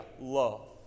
love